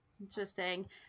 Interesting